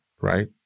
right